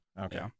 Okay